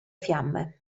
fiamme